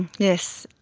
yes,